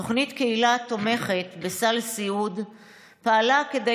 התוכנית קהילה תומכת בסל סיעוד פעלה כדי